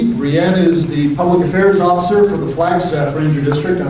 brienne is the public affairs officer for the flagstaff ranger district.